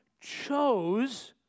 chose